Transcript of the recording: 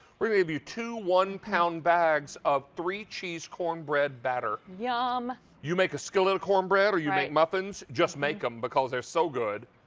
we will give you two one pound bags of three cheese corn bread batter. i'm! yeah um you make a skillet of corn bread or you make muffins, just make them because they are so good.